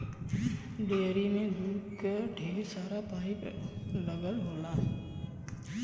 dairy में दूध क ढेर सारा पाइप लगल होला